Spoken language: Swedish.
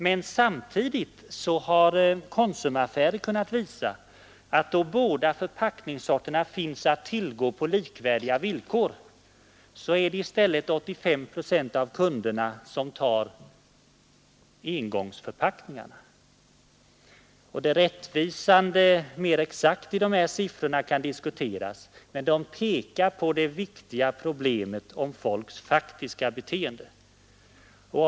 Men samtidigt har Konsumaffärer kunnat visa, att då båda förpackningssorterna finns att tillgå på likvärdiga villkor, så är det i stället 85 procent av kunderna som tar engångsförpackningarna! Om det rättvisande mer exakt i de här siffrorna kan diskuteras, men de pekar på det viktiga problem som folks faktiska beteende utgör.